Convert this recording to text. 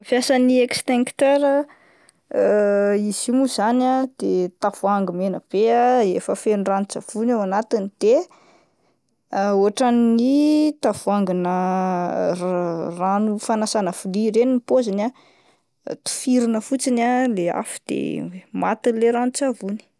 Fiasan'ny extincteur izy io mo izany ah de tavoahangy mena be efa feno ranon-tsavony ao anatiny de ohatran'ny tavoahangy na ra-rano fanasana vilia ireny ny pôziny ah, tifirina fotsiny ah le afo de matin'le ranon-tsavony.